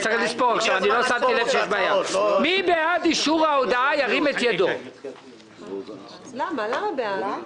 הצבעה בעד, 6 נגד, 3 נמנעים,